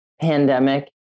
pandemic